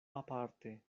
aparte